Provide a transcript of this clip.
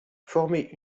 formaient